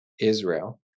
Israel